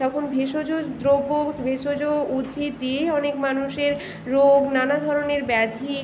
তখন ভেষজ দ্রব্য ভেষজ উদ্ভিদ দিয়েই অনেক মানুষের রোগ নানা ধরনের ব্যাধি